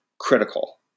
critical